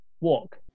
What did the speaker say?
Walk